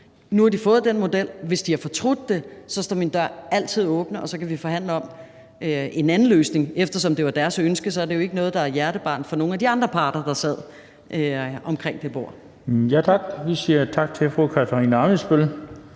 Nu har de fået den model. Hvis de har fortrudt det, står min dør altid åben, og så kan vi forhandle om en anden løsning. Eftersom det var deres ønske, er det jo ikke noget, der er et hjertebarn for nogen af de andre parter, der sad omkring det bord. Kl. 15:38 Den fg. formand (Bent